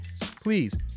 please